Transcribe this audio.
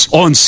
on